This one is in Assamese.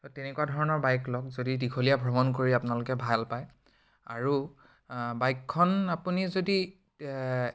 তেনেকুৱা ধৰণৰ বাইক লওক যদি দীঘলীয়া ভ্ৰমণ কৰি আপোনালোকে ভাল পায় আৰু বাইকখন আপুনি যদি